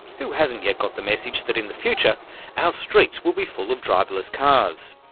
who hasn't yet got the message that in the future our streets will be full of driverless cars?